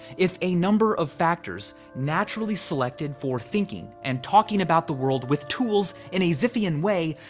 if a number of factors naturally selected for thinking and talking about the world with tools in a zipf-ian way,